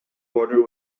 border